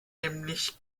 nämlich